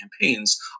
campaigns